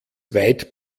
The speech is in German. weit